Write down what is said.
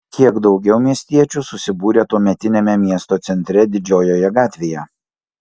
kiek daugiau miestiečių susibūrė tuometiniame miesto centre didžiojoje gatvėje